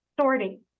sorting